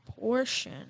portion